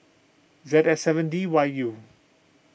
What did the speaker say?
Z S seven D Y U